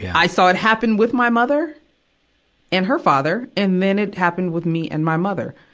i saw it happen with my mother and her father, and then it happened with me and my mother.